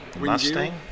Mustang